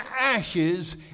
ashes